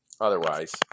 otherwise